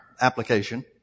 application